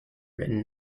written